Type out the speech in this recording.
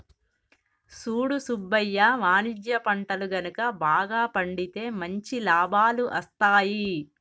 సూడు సుబ్బయ్య వాణిజ్య పంటలు గనుక బాగా పండితే మంచి లాభాలు అస్తాయి